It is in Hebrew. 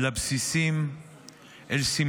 אל הבסיסים,